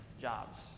jobs